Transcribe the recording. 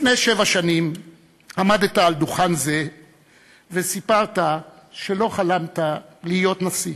לפני שבע שנים עמדת על דוכן זה וסיפרת שלא חלמת להיות נשיא.